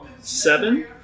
seven